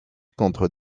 contre